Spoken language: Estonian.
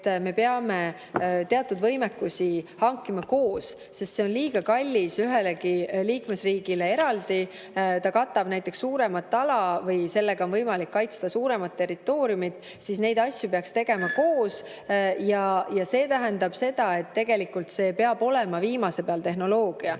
et me peame teatud võimekusi hankima koos, sest see on liiga kallis ühele liikmesriigile eraldi, see katab näiteks suuremat ala või sellega on võimalik kaitsta suuremat territooriumi, siis neid asju peaks tegema koos. See tähendab seda, et tegelikult see peab olema viimase peal tehnoloogia.